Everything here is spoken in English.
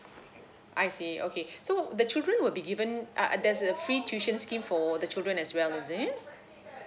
I see okay so the children will be given uh there's a free tuition scheme for the children as well is it